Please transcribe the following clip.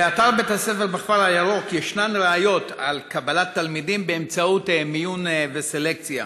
באתר בית-הספר בכפר הירוק יש ראיות לקבלת תלמידים באמצעות מיון וסלקציה,